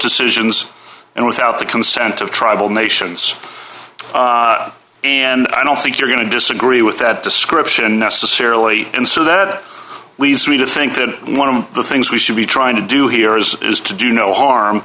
decisions and without the consent of tribal nations and i don't think you're going to disagree with that description necessarily and so that leads me to think that one of the things we should be trying to do here is is to do no harm